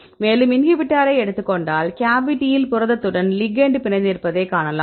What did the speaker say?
மேலும் இன்ஹிபிட்டாரை எடுத்துக் கொண்டால் கேவிட்டியில் புரதத்துடன் லிகெெண்ட் பிணைந்திருப்பதைக் காணலாம்